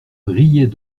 brillaient